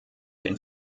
den